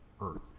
Earth